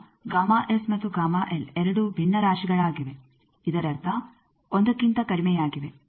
ಈಗ ಮತ್ತು ಎರಡೂ ಭಿನ್ನರಾಶಿಗಳಾಗಿವೆ ಇದರರ್ಥ 1ಕ್ಕಿಂತ ಕಡಿಮೆಯಾಗಿವೆ